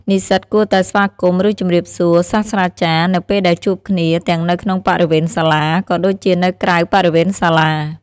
និស្សិតគួរតែ ស្វាគមន៍ ឬជម្រាបសួរ សាស្រ្តាចារ្យនៅពេលដែលជួបគ្នាទាំងនៅក្នុងបរិវេណសាលា ក៏ដូចជានៅក្រៅបរិវេណសាលា។